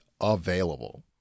available